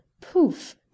poof